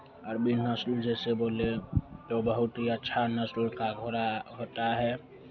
अरबी नस्ल जैसे बोले तो बहुत ही अच्छा नस्ल का घोड़ा होता है